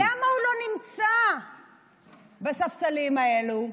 למה הוא לא נמצא בספסלים האלה?